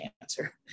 answer